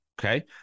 Okay